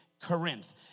Corinth